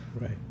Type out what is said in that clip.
Right